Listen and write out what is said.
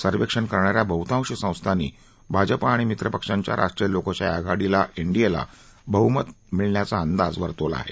सर्वेक्षण करणाऱ्या बहतांश संस्थांनी भाजपा आणि मित्रपक्षांच्या राष्ट्रीय लोकशाही आघाडी एनडीएला बहमत मिळण्याचा अंदाज वर्तवला आहे